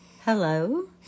Hello